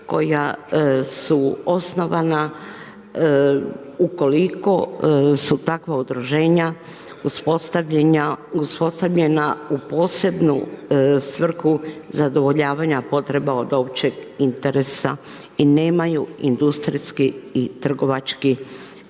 koja su osnovana ukoliko su takva udruženja uspostavljena u posebnu svrhu zadovoljavanja potreba od općeg interesa i nemaju industrijski i trgovački značaj.